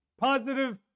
positive